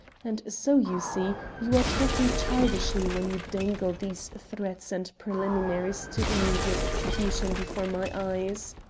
and so, you see, you are talking childishly when you dangle these threats and preliminaries to immediate execution before my eyes.